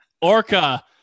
Orca